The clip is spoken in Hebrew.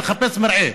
הוא מחפש מרעה.